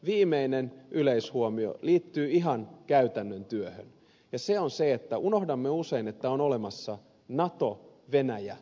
viimeinen yleishuomio liittyy ihan käytännön työhön ja se on se että unohdamme usein että on olemassa natovenäjä neuvosto